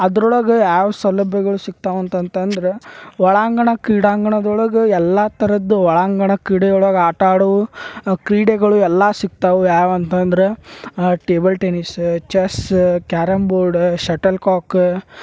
ಅದ್ರೊಳಗೆ ಯಾವ ಸೌಲಭ್ಯಗಳು ಸಿಕ್ತಾವಂತ ಅಂತಂದ್ರೆ ಒಳಾಂಗಣ ಕ್ರೀಡಾಂಗಣದೊಳಗೆ ಎಲ್ಲ ಥರದ್ದು ಒಳಾಂಗಣ ಕ್ರೀಡೆಯೊಳಗೆ ಆಟ ಆಡೂ ಕ್ರೀಡೆಗಳು ಎಲ್ಲ ಸಿಕ್ತಾವು ಯಾವ ಅಂತಂದರೆ table tennis chess carrom board shuttle cock